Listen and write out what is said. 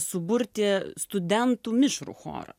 suburti studentų mišrų chorą